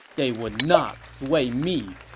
they would not sway me!